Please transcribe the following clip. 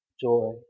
joy